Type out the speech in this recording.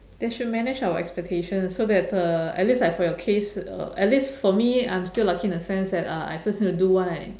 they should manage our expectations so that uh at least I have a case uh at least for me I'm still lucky in the sense that uh I just need to what I